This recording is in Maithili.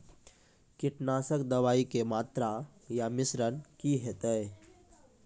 कीटनासक दवाई के मात्रा या मिश्रण की हेते?